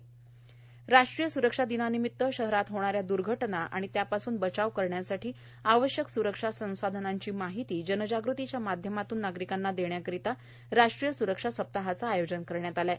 राष्ट्रीय स्रक्षा सप्ताह राष्ट्रीय सुरक्षा दिनानिमित्त शहरात होणाऱ्या द्र्घटना आणि त्यापासून बचाव करण्याकरीता आवश्यक सुरक्षा साधनांची माहिती जनजागृतीच्या माध्यमातून नागरिकांना देण्यासाठी राष्ट्रीय सुरक्षा सप्ताहाचे आयोजन करण्यात आले आहे